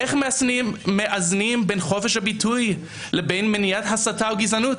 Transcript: איך מאזנים בין חופש הביטוי לבין מניעת הסתה או גזענות?